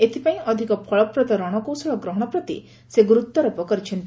ଏଥିପାଇଁ ଅଧିକ ଫଳପ୍ରଦ ରଣକୌଶଳ ଗ୍ରହଣ ପ୍ରତି ସେ ଗୁରୁତ୍ୱାରୋପ କରିଛନ୍ତି